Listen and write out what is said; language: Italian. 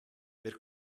per